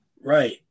Right